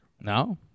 No